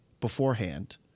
beforehand